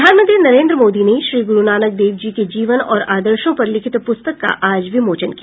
प्रधानमंत्री नरेन्द्र मोदी ने श्री गुरूनानक देव जी के जीवन और आदर्शो पर लिखित पुस्तक का आज विमोचन किया